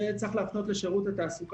כמובן שאם זה לא קורה, אנחנו מאריכים את התקופה.